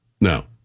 No